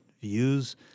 views